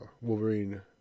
Wolverine